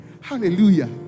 hallelujah